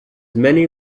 many